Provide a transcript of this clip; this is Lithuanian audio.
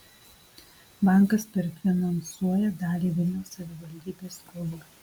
bankas perfinansuoja dalį vilniaus savivaldybės skolų